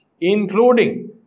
including